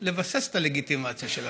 כדי לבסס את הלגיטימציה של המשטרה,